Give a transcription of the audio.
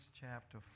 chapter